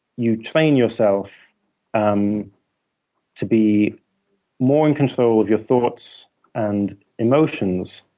you train yourself um to be more in control of your thoughts and emotions